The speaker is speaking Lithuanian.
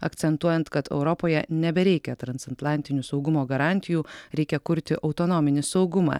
akcentuojant kad europoje nebereikia transantlantinių saugumo garantijų reikia kurti autonominį saugumą